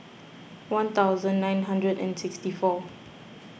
one thousand nine hundred and sixty four